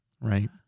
right